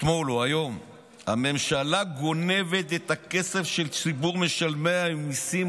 אתמול או היום: "הממשלה גונבת את הכסף של הציבור משלם המיסים,